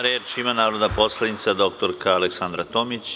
Reč ima narodna poslanica dr Aleksandra Tomić.